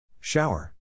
Shower